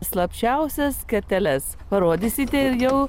slapčiausias kerteles parodysite ilgiau